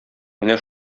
менә